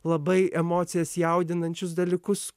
labai emocijas jaudinančius dalykus